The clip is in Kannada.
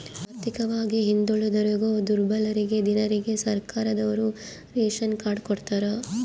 ಆರ್ಥಿಕವಾಗಿ ಹಿಂದುಳಿದೋರಿಗೆ ದುರ್ಬಲರಿಗೆ ದೀನರಿಗೆ ಸರ್ಕಾರದೋರು ರೇಶನ್ ಕಾರ್ಡ್ ಕೊಡ್ತಾರ